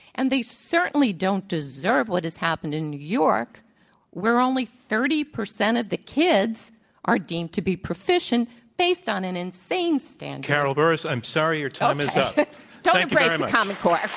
and they certainly don't deserve what has happened in new york where only thirty percent of the kids are deemed to be proficient based on an insane standard. carol burris, i'm sorry your time is don't embrace the common core.